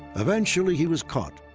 eventually, he was caught.